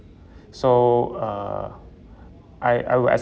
so uh I I would